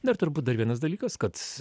dar turbūt dar vienas dalykas kad